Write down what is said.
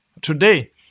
Today